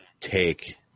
take